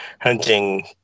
hunting